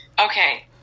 Okay